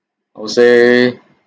I would say